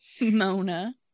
Mona